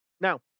Now